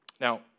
Now